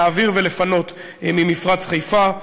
להעביר ולפנות ממפרץ חיפה.